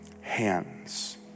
hands